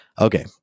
Okay